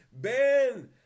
ben